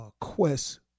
quest